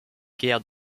guerres